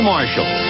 Marshall